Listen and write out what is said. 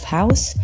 house